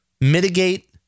Mitigate